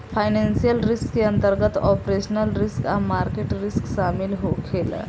financial risk के अंतर्गत operational risk आ मार्केट रिस्क शामिल होखे ला